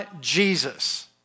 Jesus